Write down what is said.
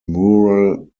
mural